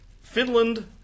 Finland